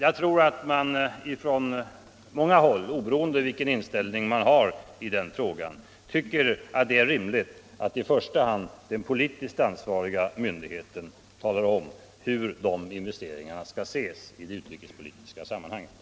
Jag tror att man från många håll, oberoende av vilken inställning man har i den frågan, finner det rimligt att i första hand den politiskt ansvariga myndigheten talar om hur de investeringarna skall ses i de utrikespolitiska sammanhangen.